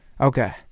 Okay